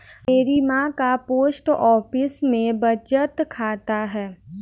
मेरी मां का पोस्ट ऑफिस में बचत खाता है